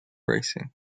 racing